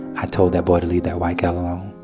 i told that boy to leave that white gal alone.